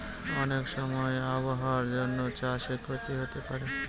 অনেক সময় আবহাওয়ার জন্য চাষে ক্ষতি হতে পারে